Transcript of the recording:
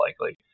likely